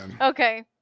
Okay